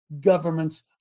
governments